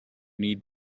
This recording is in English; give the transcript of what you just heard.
need